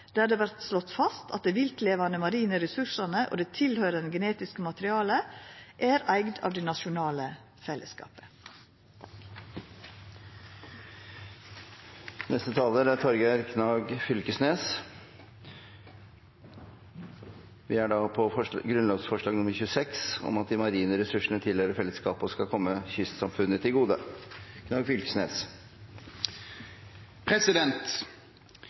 der det vert slått fast at dei viltlevande marine ressursane og det tilhøyrande genetiske materialet er eigde av det nasjonale fellesskapet. Forteljinga om Noreg starta med havet. Da